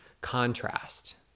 contrast